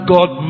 God